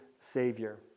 Savior